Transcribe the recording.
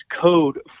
code